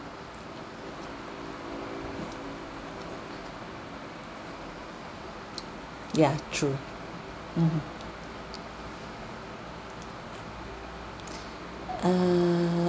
ya true mmhmm err